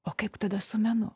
o kaip tada su menu